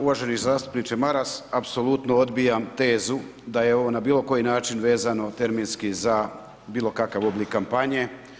Uvaženi zastupniče Maras, apsolutno odbijam tezu da je ovo na bilo koji način vezano terminski za bilo kakav oblik kampanje.